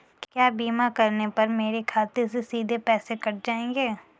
क्या बीमा करने पर मेरे खाते से सीधे पैसे कट जाएंगे?